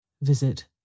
Visit